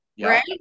right